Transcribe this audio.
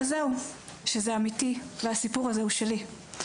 אז זהו שזה אמיתי, והסיפור הזה הוא שלי.